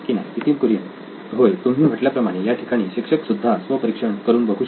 नितीन कुरियन होय तुम्ही म्हटल्याप्रमाणे याठिकाणी शिक्षक सुद्धा स्वपरीक्षण करून बघू शकतात